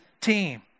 team